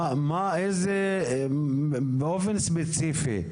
באופן ספציפי,